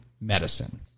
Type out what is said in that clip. medicine